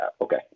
okay